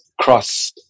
cross